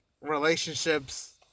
relationships